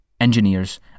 engineers